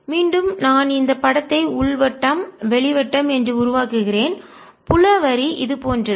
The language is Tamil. மீண்டும் நான் இந்த படத்தை உள் வட்டம் வெளி வட்டம் என்று உருவாக்குகிறேன் புல வரி இது போன்றது